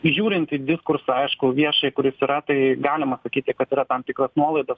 žiūrint į diskursą aišku viešąjį kuris yra tai galima sakyti kad yra tam tikros nuolaidos